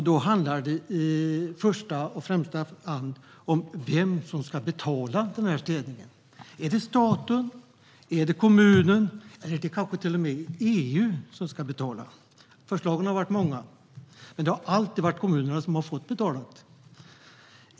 Då handlar det i första och främsta hand om vem som ska betala städningen. Är det staten, är det kommunen eller är det kanske till och med EU som ska betala? Förslagen har varit många, men det har alltid varit kommunerna som har fått betala.